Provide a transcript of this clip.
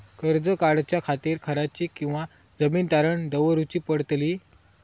कर्ज काढच्या खातीर घराची किंवा जमीन तारण दवरूची पडतली?